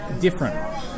different